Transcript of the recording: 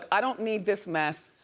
i don't need this mess.